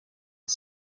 the